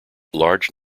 large